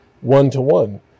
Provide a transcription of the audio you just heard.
one-to-one